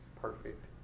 perfect